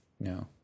No